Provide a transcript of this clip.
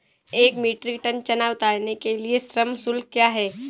एक metric tonne चना उतारने के लिए श्रम शुल्क क्या है?